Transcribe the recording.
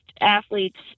athletes